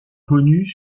connu